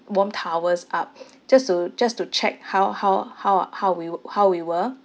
warm towels up just to just to check how how how are how we we~ how we were